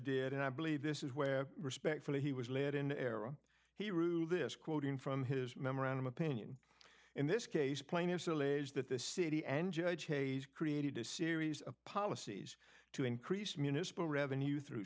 did and i believe this is where respectfully he was led in arrow he ruled this quoting from his memorandum opinion in this case plaintiff's allege that the city and judge hayes created a series of policies to increase municipal revenue through